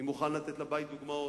אני מוכן לתת לבית דוגמאות.